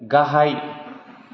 गाहाय